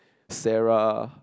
Sarah